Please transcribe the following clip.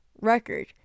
record